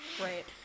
Right